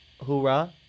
hoorah